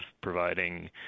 providing